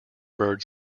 bird